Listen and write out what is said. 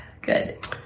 Good